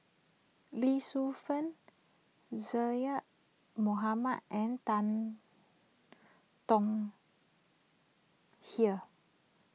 Lee Shu Fen Zaqy Mohamad and Tan Tong Hye